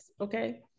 okay